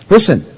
Listen